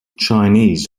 chinese